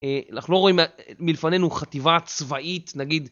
אנחנו לא רואים מלפנינו חטיבה צבאית נגיד.